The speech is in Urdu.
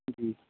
جی